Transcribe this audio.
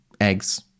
eggs